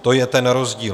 To je ten rozdíl.